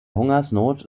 hungersnot